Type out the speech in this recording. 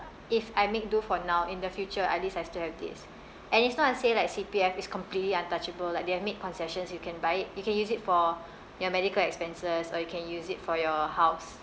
if I make do for now in the future at least I still have this and it's not to say like C_P_F is completely untouchable like they have made concessions you can buy it you can use it for your medical expenses or you can use it for your house